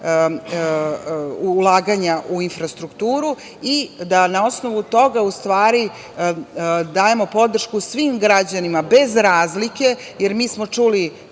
ulaganja u infrastrukturu i da na osnovu toga dajemo podršku svim građanima bez razlike. Mi smo čuli